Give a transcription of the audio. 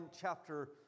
chapter